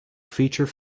feature